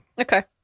Okay